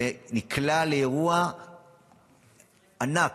ונקלע לאירוע ענק